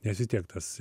nes vis tiek tas